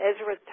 Ezra